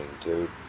dude